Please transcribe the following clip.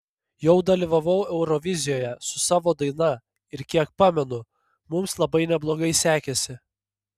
jau dalyvavau eurovizijoje su savo daina ir kiek pamenu mums labai neblogai sekėsi